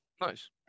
Nice